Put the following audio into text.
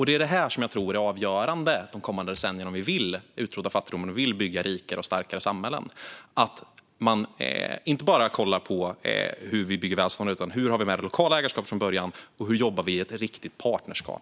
Det är det som jag tror är avgörande de kommande decennierna om vi vill utrota fattigdomen och bygga rikare och starkare samhällen - att inte bara kolla på hur vi bygger välstånd utan också hur det lokala ägarskapet kan vara med från början och hur vi jobbar i ett riktigt partnerskap.